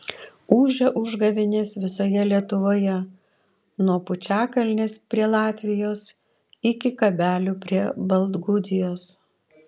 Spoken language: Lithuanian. ūžia užgavėnės visoje lietuvoje nuo pučiakalnės prie latvijos iki kabelių prie baltgudijos